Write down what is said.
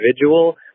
individual